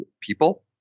people